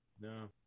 No